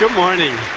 so morning.